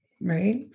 right